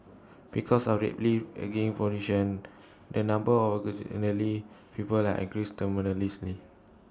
because of the rapidly population the number of elderly people has increased tremendously